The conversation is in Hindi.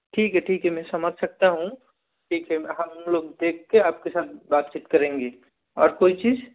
ठीक है ठीक है मैं समझ सकता हूँ ठीक है मैं हम लोग देख के आपके साथ बातचीत करेंगे और कोई चीज़